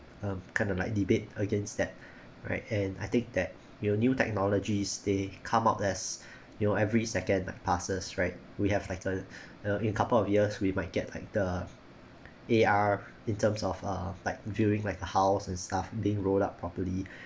uh kind of like debate against that right and I think that will new technologies they come out as you know every second that passes right we have like a uh in couple of years we might get like the A_R in terms of uh like viewing like a house and stuff being rolled up properly